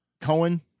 Cohen